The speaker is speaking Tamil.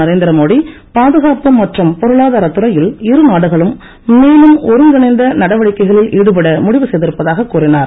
நரேந்திர மோடி பாதுகாப்பு மற்றும் பொருளாதார துறையில் இரு நாடுகளும் மேலும் ஒருங்கிணைந்த நடவடிக்கைகளில் ஈடுபட முடிவு செய்திருப்பதாக கூறினார்